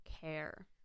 care